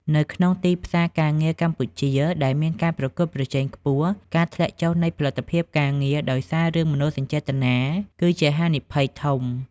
នៅក្នុងទីផ្សារការងារកម្ពុជាដែលមានការប្រកួតប្រជែងខ្ពស់ ការធ្លាក់ចុះនៃផលិតភាពការងារដោយសាររឿងមនោសញ្ចេតនា គឺជាហានិភ័យធំ។